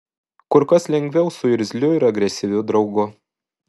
kur kas lengviau su irzliu ir agresyviu draugu